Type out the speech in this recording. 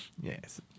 yes